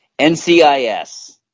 NCIS